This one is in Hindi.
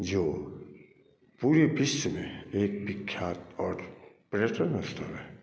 जो पूरे विश्व में एक विख्यात और पर्यटन स्थल है